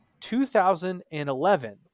2011